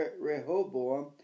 Rehoboam